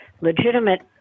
legitimate